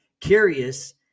Curious